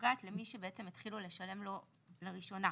שנוגעת למי שהתחילו לשלם לו לראשונה: